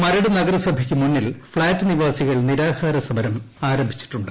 മരട് നഗരസഭയ്ക്ക് മുന്നിൽ ഫ്ളാറ്റ് നിവാസികൾ നിരാഹാര സമരം ആരംഭിച്ചിട്ടുണ്ട്